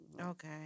Okay